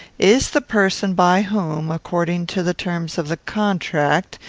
is the person by whom, according to the terms of the contract,